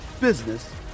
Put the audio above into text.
business